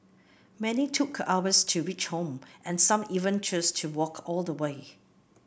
many took hours to reach home and some even chose to walk all the way